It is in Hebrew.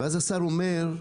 ואז השר אומר,